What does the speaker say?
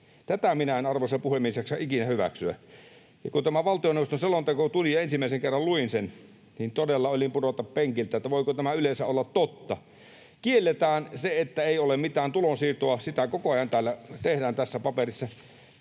Tätä minä en, arvoisa puhemies, jaksa ikinä hyväksyä. Kun tämä valtioneuvoston selonteko tuli ja ensimmäisen kerran luin sen, niin todella olin pudota penkiltä, että voiko tämä yleensä olla totta. Kielletään se, että ei ole mitään tulonsiirtoa — sitä koko ajan täällä tehdään, tässä paperissa.